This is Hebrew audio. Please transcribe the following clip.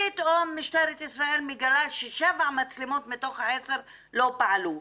פתאום משטרת ישראל מגלה ששבע מצלמות מתוך עשר לא פעלו.